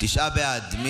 תשעה בעד.